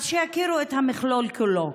אז שיכירו את המכלול כולו,